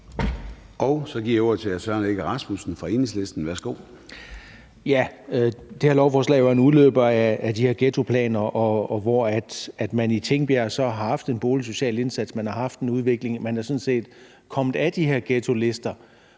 Så giver jeg ordet til hr. Søren Egge Rasmussen fra Enhedslisten. Værsgo. Kl. 20:22 Søren Egge Rasmussen (EL): Det her lovforslag er jo en udløber af de her ghettoplaner, hvor man i Tingbjerg så har haft en boligsocial indsats, man har haft en udvikling, og man er sådan set kommet af de her ghettolister.